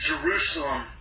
Jerusalem